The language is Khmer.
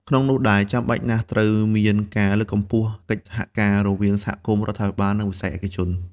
ក្នុងនោះដែរ ចាំបាច់ណាស់ត្រូវមានការលើកកម្ពស់ កិច្ចសហការ រវាងសហគមន៍ រដ្ឋាភិបាល និងវិស័យឯកជន។